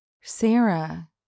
Sarah